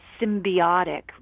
symbiotic